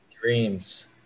Dreams